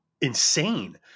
insane